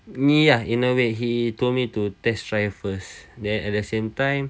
ya in a way he told me to test drive first then at the same time